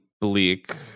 bleak